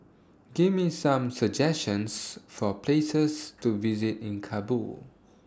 Give Me Some suggestions For Places to visit in Kabul